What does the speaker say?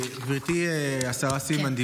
גברתי השרה סילמן,